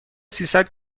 سیصد